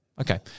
Okay